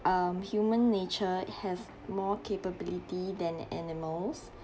um human nature has more capability than animals